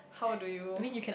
how do you